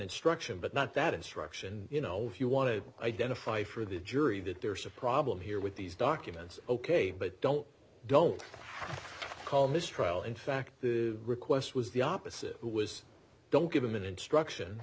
instruction but not that instruction you know if you want to identify for the jury that there's a problem here with these documents ok but don't don't call mistrial in fact the request was the opposite was don't give them an instruction